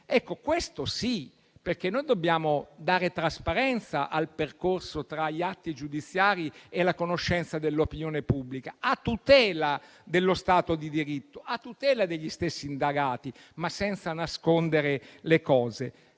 Questo sì, perché noi dobbiamo dare trasparenza al percorso tra gli atti giudiziari e la conoscenza dell'opinione pubblica, a tutela dello Stato di diritto, a tutela degli stessi indagati, ma senza nascondere le cose.